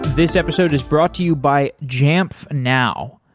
this episode is brought to you by jamf now.